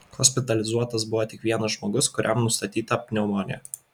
hospitalizuotas buvo tik vienas žmogus kuriam nustatyta pneumonija